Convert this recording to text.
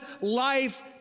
life